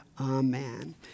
Amen